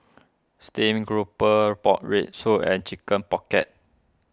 Steamed Grouper Pork Rib Soup and Chicken Pocket